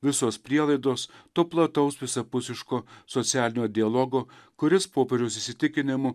visos prielaidos to plataus visapusiško socialinio dialogo kuris popiežiaus įsitikinimu